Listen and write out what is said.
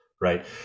right